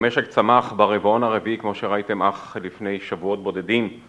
המשק צמח ברבעון הרביעי כמו שראיתם אך לפני שבועות בודדים